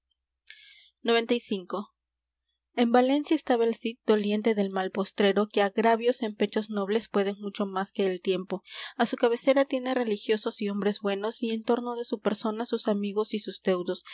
en valencia estaba el cid doliente del mal postrero que agravios en pechos nobles pueden mucho más que el tiempo á su cabecera tiene religiosos y hombres buenos y en torno de su persona sus amigos y sus deudos